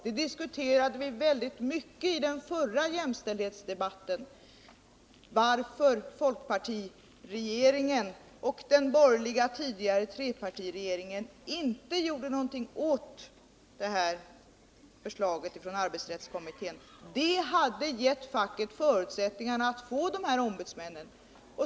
Det förslaget diskuterade vi mycket i förra jämställdhetsdebatten; varför folkpartiregeringen och den tidigare borgerliga trepartiregeringen inte gjorde någonting åt det här förslaget. Det hade gett facket förutsättningarna för att få de här ombudsmännen.